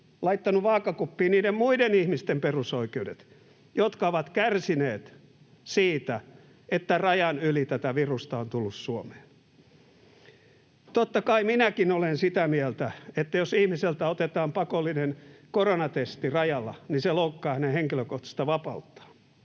laittanut vaakakuppiin niiden muiden ihmisten perusoikeudet, jotka ovat kärsineet siitä, että rajan yli tätä virusta on tullut Suomeen? Totta kai minäkin olen sitä mieltä, että jos ihmiseltä otetaan pakollinen koronatesti rajalla, niin se loukkaa hänen henkilökohtaista vapauttaan.